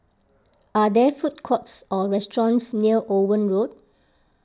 are there food courts or restaurants near Owen Road